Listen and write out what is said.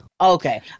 Okay